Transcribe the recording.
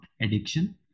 addiction